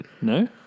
No